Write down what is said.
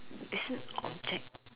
is it object